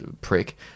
prick